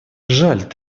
жаль